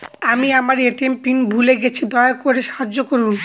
আমি আমার ATM PIN ভুলে গেছি, দয়া করে সাহায্য করুন